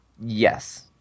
Yes